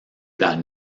that